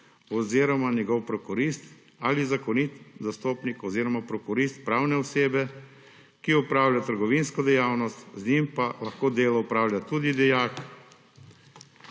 oziroma njegov prokurist ali zakoniti zastopnik oziroma prokurist pravne osebe, ki opravlja trgovinsko dejavnost, z njim pa lahko delo opravlja tudi dijak,